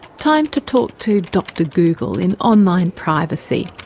time to talk to dr google in online privacy.